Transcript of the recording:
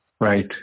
Right